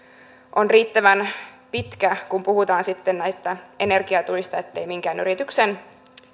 on riittävän pitkä kun puhutaan näistä energiatuista etteivät minkään yrityksen